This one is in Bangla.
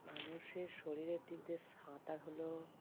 মানুষের শরীরের দিক দিয়ে সাঁতার হলো